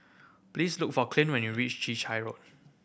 please look for Clint when you reach Chai Chee Road